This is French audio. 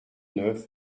neuf